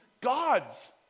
God's